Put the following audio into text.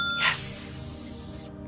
Yes